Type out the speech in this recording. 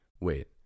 Wait